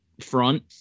front